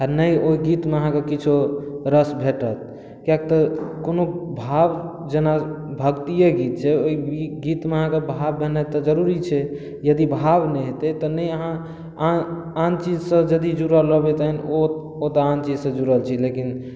आ नहि ओहि गीत मे अहाँके किछो रस भेटत किएक तऽ कोनो भाव जेना भक्तिये गीत छै ओहि गीत मे अहाँके भाव भेनाइ तऽ जरुरी छै यदि भाव नहि हेतै तऽ नहि अहाँ आन चीज सऽ यदि जुड़ल रहबै तहन ओ ओतऽ आन चीज सऽ जुड़ल छी लेकिन